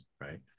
right